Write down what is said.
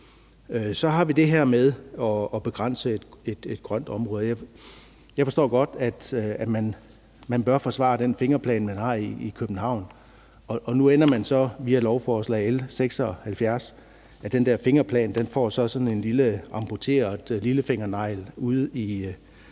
Så har vi det her med at begrænse et grønt område. Jeg forstår godt, at man bør forsvare den fingerplan, man har, i København, og nu ender man så via L 76 med, at den her fingerplan på sådan en lille amputeret lillefingernegl ude i Nordtippen.